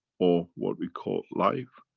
or what we call life,